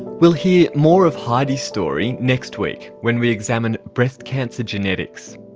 we'll hear more of heidi's story next week when we examine breast cancer genetics.